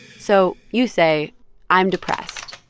so you say i'm depressed